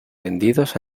vendidos